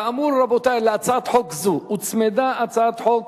כאמור, רבותי, להצעת חוק זו הוצמדה הצעת חוק